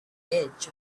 edge